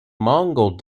mongol